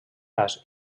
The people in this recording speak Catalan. gas